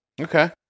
Okay